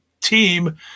team